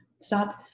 Stop